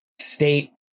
state